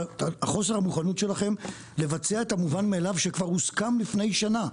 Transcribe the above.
חוסר המוכנות שלכם לבצע את המובן מאליו שכבר הוסכם לפני שנה.